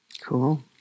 cool